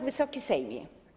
Wysoki Sejmie!